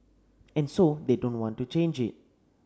and so they don't want to change it